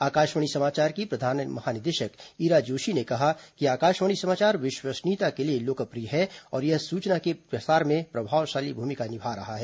आकाशवाणी समाचार की प्रधान महानिदेशक ईरा जोशी ने कहा कि आकाशवाणी समाचार विश्वसनीयता के लिए लोकप्रिय है और यह सूचना के प्रसार में प्रभावशाली भूमिका निभा रहा है